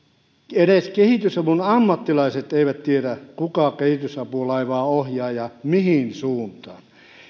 edes kehitysavun ammattilaiset eivät tiedä kuka kehitysapulaivaa ohjaa ja mihin suuntaan